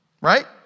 Right